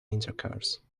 intercourse